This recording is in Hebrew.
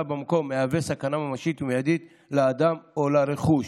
במקום מהווה סכנה ממשית ומיידית לאדם או לרכוש.